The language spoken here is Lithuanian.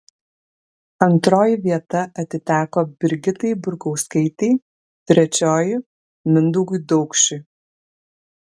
antroji vieta atiteko brigitai burkauskaitei trečioji mindaugui daukšiui